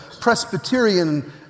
Presbyterian